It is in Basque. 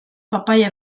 papaia